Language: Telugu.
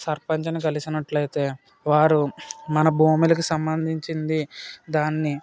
సర్పంచ్ ని కలిసినట్లైతే వారు మన భూములకు సంబంధించింది దాన్ని